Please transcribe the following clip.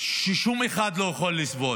שאף אחד לא יכול לסבול.